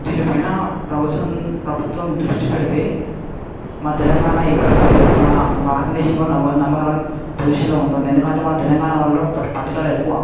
దీనిపైనా ప్రబుచ్వమ్ ప్రభుత్వం దృష్టి పెడితే మా తెలంగాణ ఇక్కడ కా ఎ మన భారతదేశంలో నెంబర్ నెంబర్ వన్ పొసిషన్లో ఉంటుంది ఎందుకంటే మన తెలంగాణ వాళ్లలో ప పట్టుదల ఎక్కువ